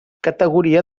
categoria